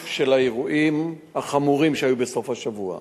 של האירועים החמורים שהיו בסוף השבוע: